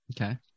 Okay